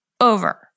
over